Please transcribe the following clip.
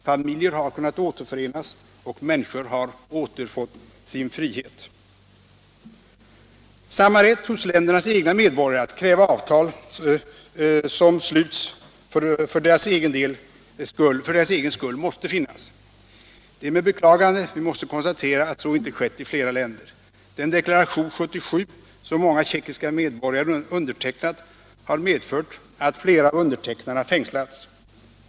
Familjer har kunnat återförenas och människor har återfått sin frihet. Samma rätt hos ländernas egna medborgare att kräva avtal som slutes för deras egen skull måste finnas. Det är med beklagande vi måste konstatera att så inte skett i flera länder. Den Deklaration 77 som många tjeckiska medborgare undertecknat har medfört att flera av undertecknarna fängslats.